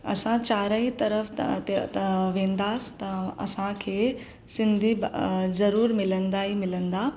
असां चारई तर्फ़ु त वेंदासि त असांखे सिंधी ज़रूरु मिलंदा ई मिलंदा